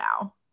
now